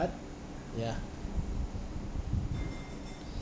ya